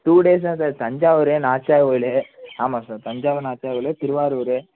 two days தான் sir Thanjavur Nachiyar Koil ஆமாம் sir Thanjavur Nachiyar Koil Thiruvarur